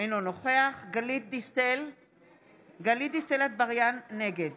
אינו נוכח גלית דיסטל אטבריאן, נגד